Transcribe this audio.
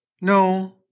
No